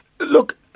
Look